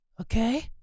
Okay